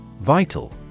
Vital